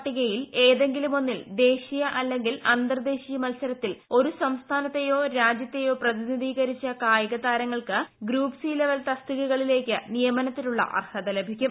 പട്ടികയിൽ ഏതെങ്കിലും ഒന്നിൽ ദേശീയ അല്ലെങ്കിൽ അന്തർദേശീയ മത്സരത്തിൽ ഒരു സംസ്ഥാനത്തേയോ രാജ്യത്തേയോ പ്രതിനിധീകരിച്ച കായിക താരങ്ങൾക്ക് ഗ്രൂപ്പ് സി ലെവൽ തസ്തികകളിലേക്ക് നിയമനത്തിനുള്ള അർഹത ലഭിക്കും